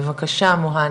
בבקשה מוהאנה.